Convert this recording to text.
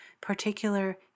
particular